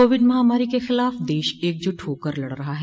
Covid महामारी के ख़िलाफ़ देश एकजुट होकर लड़ रहा है